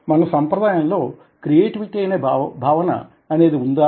మన సాంప్రదాయం లో క్రియేటివిటీ అనే భావన అనేది ఉందా